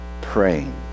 praying